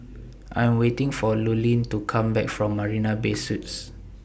I Am waiting For Lurline to Come Back from Marina Bay Suites